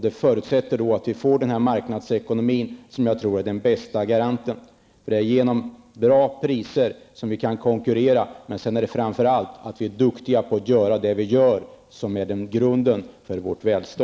Det förutsätter att vi får den marknadsekonomi, som jag tror är den bästa garanten. Det är genom bra priser vi kan konkurrera, men grunden för vårt välstånd är framför allt att vi är duktiga på det vi gör.